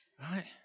Right